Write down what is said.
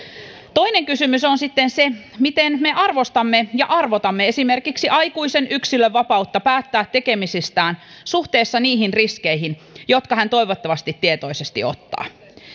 toinen kysymys on sitten se miten me arvostamme ja arvotamme esimerkiksi aikuisen yksilönvapautta päättää tekemisistään suhteessa niihin riskeihin jotka hän toivottavasti tietoisesti ottaa